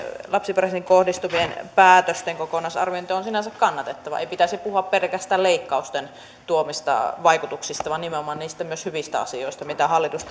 lapsiperheisiin kohdistuvien päätösten kokonaisarviointi on on sinänsä kannatettavaa ei pitäisi puhua pelkästään leikkausten tuomista vaikutuksista vaan nimenomaan myös niistä hyvistä asioista mitä hallitus